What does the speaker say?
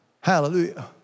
hallelujah